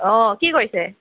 অ' কি কৰিছে